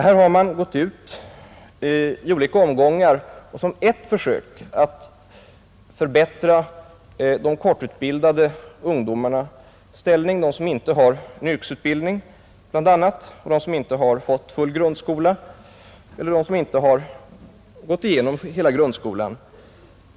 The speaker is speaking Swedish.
Här har man i viss utsträckning gått ut för att försöka förbättra de kortutbildade ungdomarnas ställning — bl.a. de som inte har någon yrkesutbildning och som inte fått full grundskoleutbildning eller som inte har gått igenom hela grundskolan.